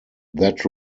that